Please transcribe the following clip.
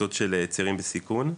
קבוצות של נערים בסיכון,